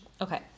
Okay